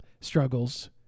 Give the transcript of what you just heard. struggles